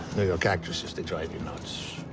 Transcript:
york actresses they drive you nuts.